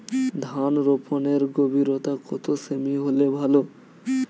ধান রোপনের গভীরতা কত সেমি হলে ভালো?